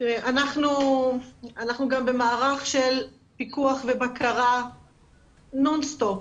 אנחנו גם במערך של פיקוח ובקרה נון-סטופ,